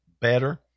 better